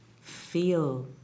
feel